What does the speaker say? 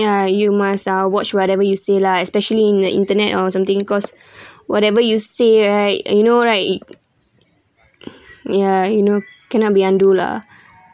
ya you must ah watch whatever you say lah especially in the internet or something cause whatever you say right you know right it ya you know cannot be undo lah